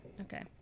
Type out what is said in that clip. Okay